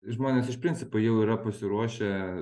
žmonės iš principo jau yra pasiruošę